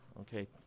Okay